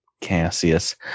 Cassius